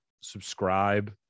Subscribe